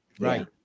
Right